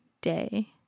day